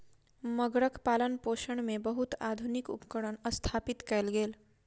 मगरक पालनपोषण मे बहुत आधुनिक उपकरण स्थापित कयल गेल